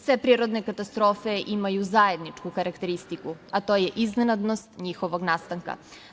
Sve prirodne katastrofe imaju zajedničku karakteristiku, a to je iznenadnost njihovog nastanka.